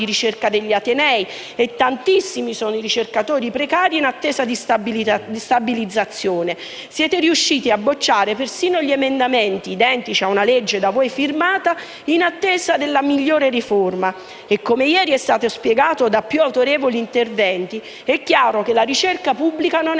ricerca degli atenei) e tantissimi sono i ricercatori precari in attesa di stabilizzazione. Siete riusciti a bocciare persino gli emendamenti identici a una legge da voi firmata in attesa della migliore riforma; inoltre, come ieri è stato spiegato da più autorevoli interventi, è chiaro che la ricerca pubblica non è